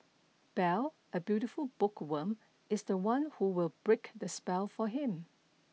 Belle a beautiful bookworm is the one who will break the spell for him